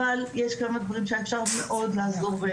אבל יש כמה דברים שאפשר מאוד לעזור,